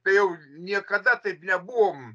tai jau niekada taip nebuvom